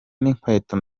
n’inkweto